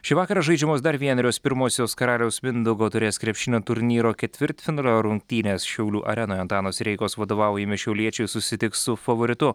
šį vakarą žaidžiamos dar vienerios pirmosios karaliaus mindaugo taurės krepšinio turnyro ketvirtfinalio rungtynės šiaulių arenoje antano sireikos vadovaujami šiauliečiai susitiks su favoritu